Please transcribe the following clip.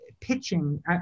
pitching